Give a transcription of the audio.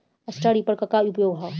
Straw reaper क का उपयोग ह?